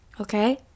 Okay